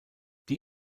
die